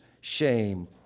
shame